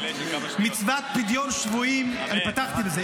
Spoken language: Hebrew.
מצוות פדיון שבויים אני פתחתי בזה,